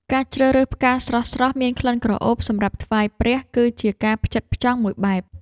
ការជ្រើសរើសផ្កាស្រស់ៗមានក្លិនក្រអូបសម្រាប់ថ្វាយព្រះ គឺជាការផ្ចិតផ្ចង់មួយបែប។